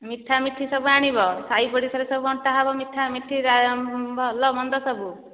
ମିଠାମିଠି ସବୁ ଆଣିବ ସାଇପଡ଼ିଶାରେ ସବୁ ବଣ୍ଟା ହେବ ମିଠାମିଠି ଭଲମନ୍ଦ ସବୁ